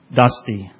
dusty